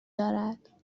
دارد